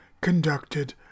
conducted